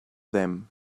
them